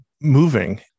moving